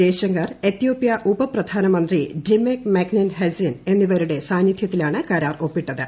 Jaishankar Ethiopia ഉപപ്രധാനമന്ത്രി Demeke Mekonnen Hassen എന്നിവരുടെ സാന്നിധ്യത്തിലാണ് കരാർ ഒപ്പിട്ടത്